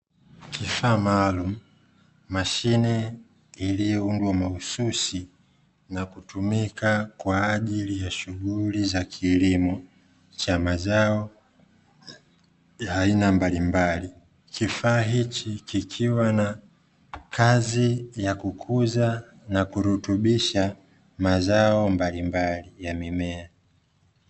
Kifaa maalumu, mashine iliyoundwa mahususi na kutumika kwa ajili ya shughuli za kielimu cha mazao ya aina mbalimbali. Kifaa hichi kikiwa na kazi ya kukuza na kurutubisha mazao mbalimbali ya mimea.